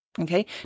Okay